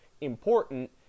important